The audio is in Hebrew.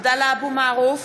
עבדאללה אבו מערוף,